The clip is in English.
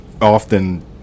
often